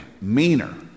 meaner